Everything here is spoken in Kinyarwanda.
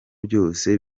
byose